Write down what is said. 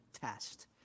test